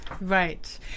Right